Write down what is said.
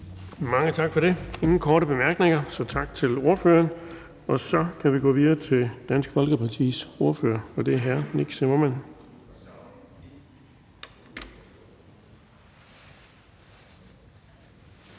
Mange tak for det. Der er ingen korte bemærkninger, så tak til ordføreren. Så kan vi gå videre til Dansk Folkepartis ordfører, og det er hr. Nick Zimmermann.